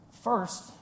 First